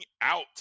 out